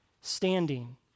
standing